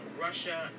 russia